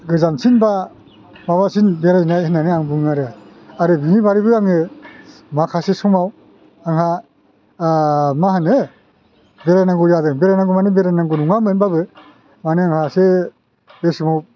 गोजानसिन बा माबासिन बेरायनाय होननानै आं बुङो आरो आरो बिनि बादैबो आङो माखासे समाव आंहा मा होनो बेरायनांगौ जादों बेरायनांगौ माने बेरायनांगौ नङामोनबाबो माने होनबा आंहा एसे बे समाव